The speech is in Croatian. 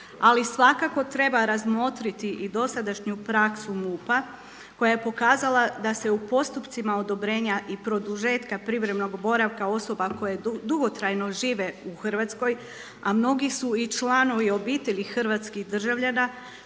Ali svakako treba razmotriti i dosadašnju praksu MUP-a koja je pokazala da se u postupcima odobrenja i produžetka privremenog boravka osoba koje dugotrajno žive u Hrvatskoj, a mnogi su i članovi obitelji hrvatskih državljana,